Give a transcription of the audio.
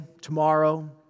tomorrow